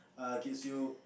err keeps you